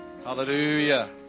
Hallelujah